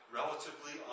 relatively